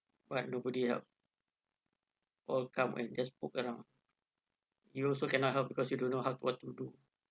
nobody help all come and just poke around you also cannot help because you don't know how what to do